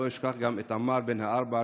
לא אשכח גם את עמאר בן הארבע,